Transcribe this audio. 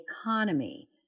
economy